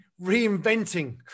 reinventing